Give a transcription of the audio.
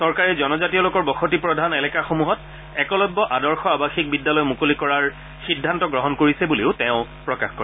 চৰকাৰে জনজাতীয় লোকৰ বসতিপ্ৰধান এলেকাসমূহত একলব্য আদৰ্শ আবাসিক বিদ্যালয় মুকলি কৰাৰ সিদ্ধান্ত গ্ৰহণ কৰিছে বুলিও তেওঁ প্ৰকাশ কৰে